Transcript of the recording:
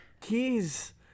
Keys